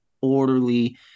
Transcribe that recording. orderly